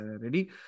ready